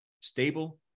stable